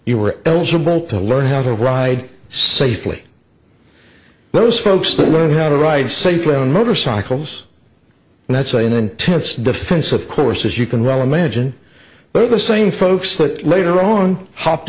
you were eligible to learn how to ride safely those folks to learn how to ride safely on motorcycles and that's an intense defense of course as you can well imagine but the same folks that later on hopped